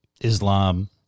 Islam